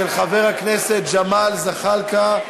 של חבר הכנסת ג'מאל זחאלקה.